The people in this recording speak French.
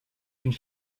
une